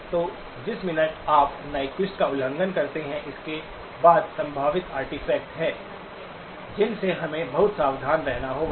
तो जिस मिनट आप न्यक्विस्ट का उल्लंघन करते हैं उसके बाद संभावित आर्टिफैक्ट हैं जिनसे हमें बहुत सावधान रहना होगा